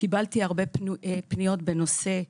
קיבלתי הרבה פניות בנושא נכים,